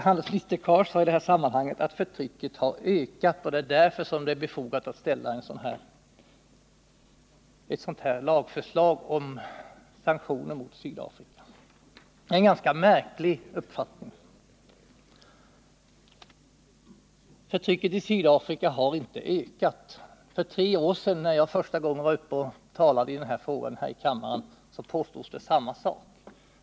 Handelsminister Cars sade att förtrycket i Sydafrika har ökat och att det därför är befogat att lägga fram eu sådant här lagförslag om sanktioner mot Sydafrika. Det är en ganska märklig uppfattning. Förtrycket i Sydafrika har inte ökat. För tre år sedan, när jag första gången var uppe i kammaren och talade i denna fråga, påstods det samma sak.